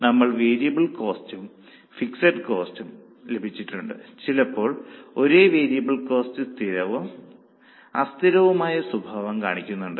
നമ്മൾക്ക് വേരിയബിൾ കോസ്റ്റും ഫിക്സഡ് കോസ്റ്റും ലഭിച്ചിട്ടുണ്ട് ചിലപ്പോൾ ഒരേ വേരിയബിൾ കോസ്റ്റ് സ്ഥിരവും അസ്ഥിരവുമായ സ്വഭാവം കാണിക്കുന്നുണ്ട്